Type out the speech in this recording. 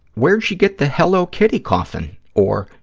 where'd she get the hello kitty coffin? or,